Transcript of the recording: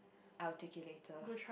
I'll take it later